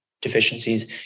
deficiencies